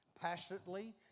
passionately